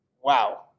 wow